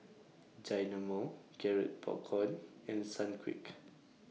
Dynamo Garrett Popcorn and Sunquick